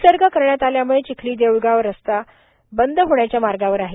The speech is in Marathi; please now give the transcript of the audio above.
विसर्ग करण्यात आल्याम्ळे चिखली देऊळगाव राजा रस्ता बंद होण्याच्या मार्गावर आहे